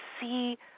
see